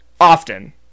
often